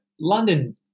London –